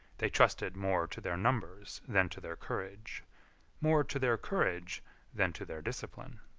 they trusted more to their numbers than to their courage more to their courage than to their discipline.